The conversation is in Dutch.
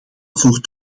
voor